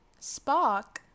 Spock